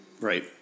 right